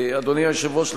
אדוני היושב-ראש,